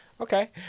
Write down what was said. Okay